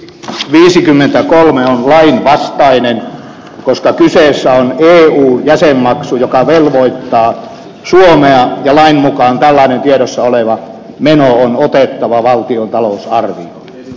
saksa viisikymmentäkolme käymästä einellä koska eun jäsenmaksu joka velvoittaa suomea ja lain mukaan tällainen tiedossa oleva meno on otettava valtion talousarvioon